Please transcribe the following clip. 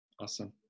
Awesome